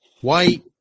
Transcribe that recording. white